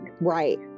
Right